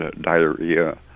diarrhea